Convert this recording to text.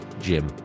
Jim